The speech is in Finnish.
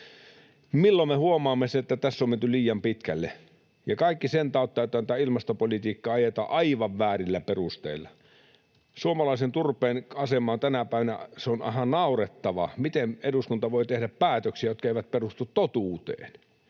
Milloin me huomaamme sen, että tässä on menty liian pitkälle, ja kaikki sen tautta, että tätä ilmastopolitiikkaa ajetaan aivan väärillä perusteilla? Suomalaisen turpeen asema tänä päivänä on naurettava. Miten eduskunta voi tehdä päätöksiä, jotka eivät perustu totuuteen?